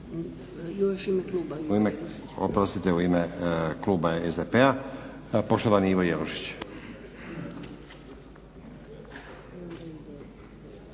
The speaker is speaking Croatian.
u ime kluba SDP-a poštovani Ivo jelušić.